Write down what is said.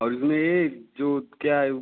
और इसमें जो क्या है